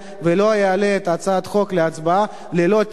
ולא אעלה את הצעת החוק להצבעה ללא תיאום